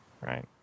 right